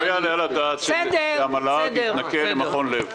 לא יעלה על הדעת שהמל"ג יתנכל למכון "לב".